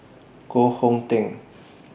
Koh Hong Teng